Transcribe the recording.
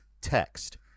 text